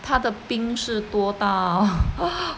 他的冰是多大